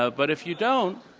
ah but if you don't,